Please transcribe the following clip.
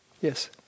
Yes